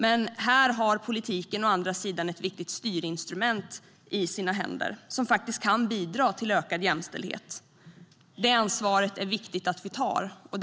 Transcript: Men här har politiken å andra sidan ett viktigt styrinstrument i sina händer som faktiskt kan bidra till ökad jämställdhet. Det är viktigt att vi tar detta ansvar.